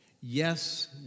Yes